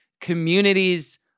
communities